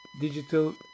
digital